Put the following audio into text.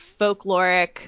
folkloric